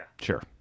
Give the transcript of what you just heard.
Sure